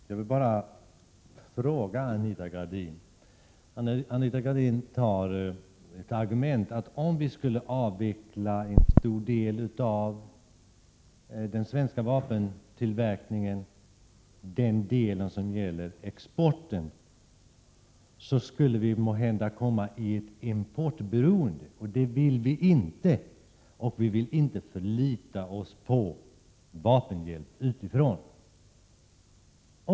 Herr talman! Anita Gradin argumenterar för att om vi skulle avveckla en stor del av den svenska vapentillverkningen — den del som gäller exporten — skulle vi måhända hamna i ett importberoende. Det vill vi inte, och vi vill inte förlita oss på vapenhjälp utifrån.